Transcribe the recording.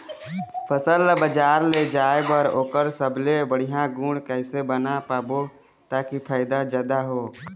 फसल ला बजार ले जाए बार ओकर सबले बढ़िया गुण कैसे बना पाबो ताकि फायदा जादा हो?